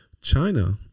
China